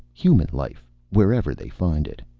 human life. wherever they find it.